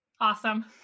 awesome